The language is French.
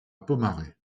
pomarez